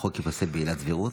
החוק ייפסל בעילת סבירות?